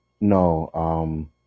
no